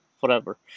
forever